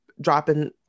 dropping